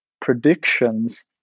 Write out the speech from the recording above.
predictions